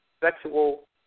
sexual